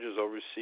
overseas